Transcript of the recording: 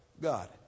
god